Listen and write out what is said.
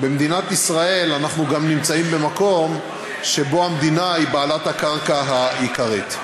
במדינת ישראל אנחנו גם נמצאים במקום שבו המדינה היא בעלת הקרקע העיקרית.